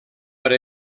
per